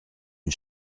une